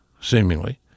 seemingly